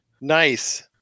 Nice